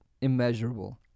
immeasurable